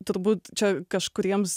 turbūt čia kažkuriems